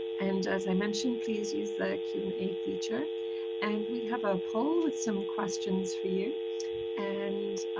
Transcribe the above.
and as i mentioned please use the q and a feature and we have a poll with some questions for you and